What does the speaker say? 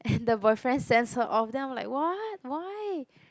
and the boyfriend sends her off then I'm like what why